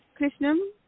Krishnam